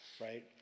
right